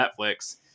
Netflix